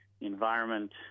Environment